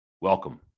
welcome